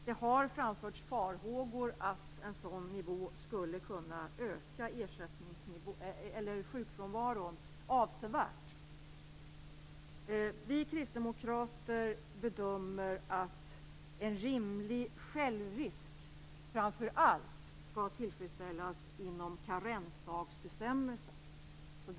Det har framförts farhågor för att en sådan nivå skulle kunna öka sjukfrånvaron avsevärt. Vi kristdemokrater bedömer att en rimlig självrisk framför allt skall tillfredsställas inom karensdagsbestämmelsen.